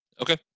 Okay